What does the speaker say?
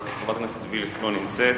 חברת הכנסת וילף, לא נמצאת,